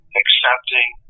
accepting